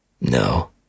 No